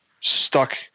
stuck